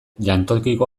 jantokiko